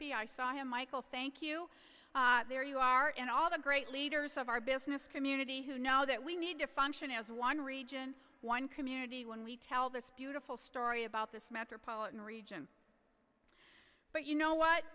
p i saw him michael thank you there you are in all the great leaders of our business community who know that we need to function as one region one community when we tell this beautiful story about this metropolitan region but you know what